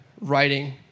writing